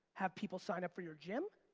have people sign up for your gym?